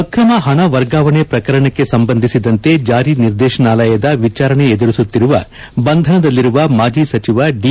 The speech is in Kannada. ಆಕ್ರಮ ಹಣ ವರ್ಗಾವಣೆ ಪ್ರಕರಣಕ್ಕೆ ಸಂಬಂಧಿಸಿದಂತೆ ಜಾರಿ ನಿರ್ದೇಶಾನಾಲಯದ ವಿಚಾರಣೆ ಎದುರಿಸುತ್ತಿರುವ ಬಂಧನದಲ್ಲಿರುವ ಮಾಜಿ ಸಚಿವ ದಿ